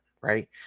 right